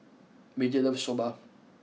Major loves Soba